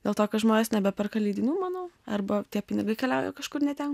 dėl to kad žmonės nebeperka leidinių manau arba tie pinigai keliauja kažkur ne ten